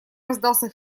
раздался